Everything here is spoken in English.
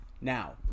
Now